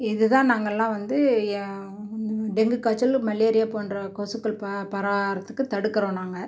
இது தான் நாங்களெலாம் வந்து டெங்கு காய்ச்சல் மலேரியா போன்ற கொசுக்கள் பரவாரத்துக்கு தடுக்கிறோம் நாங்கள்